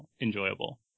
enjoyable